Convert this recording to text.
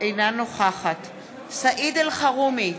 אינה נוכחת סעיד אלחרומי,